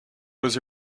was